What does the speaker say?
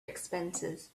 expenses